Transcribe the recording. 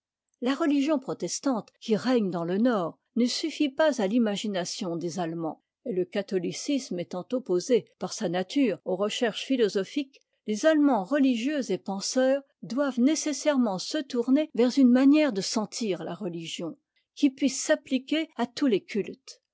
la religion protestante qui règne dans le nord ne suffit pas à l'imagination des ailemands et le catholicisme étant opposé par sa nature aux recherches philosophiques les allemands reiigieux et penseurs doivent nécessairement se tourner vers une manière de sentir la religion qui puisse s'appliquer à tous les cultes